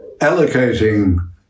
allocating